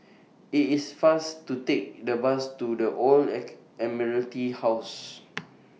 IT IS faster to Take The Bus to The Old ache Admiralty House